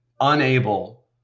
unable